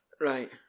Right